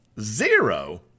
zero